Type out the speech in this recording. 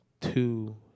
two